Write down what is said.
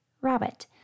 Rabbit